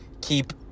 keep